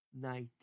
night